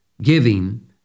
giving